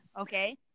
okay